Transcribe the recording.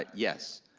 ah yes,